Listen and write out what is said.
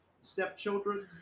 stepchildren